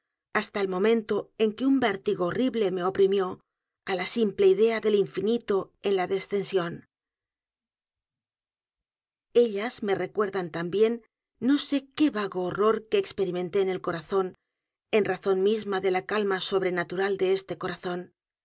hasta el momento en que un vértigo horrible me oprimió á la simple idea del infinito en la descensión ellas me recuerdan también no sé qué vago horror que experimenté en el corazón en razón misma de la calma sobrenatural de este corazón